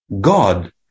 God